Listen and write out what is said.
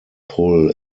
pull